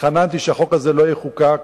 התחננתי שהחוק הזה לא יחוקק.